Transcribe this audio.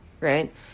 right